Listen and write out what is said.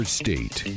state